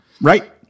right